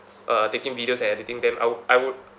uh taking videos and editing them I would I would